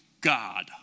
God